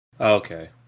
Okay